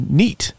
neat